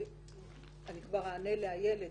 ואני כבר אענה לאיילת.